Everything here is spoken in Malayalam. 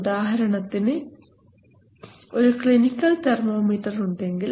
ഉദാഹരണത്തിന് ഒരു ക്ലിനിക്കൽ തെർമോമീറ്റർ ഉണ്ടെങ്കിൽ